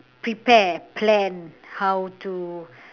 prepare plan how to